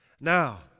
Now